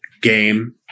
game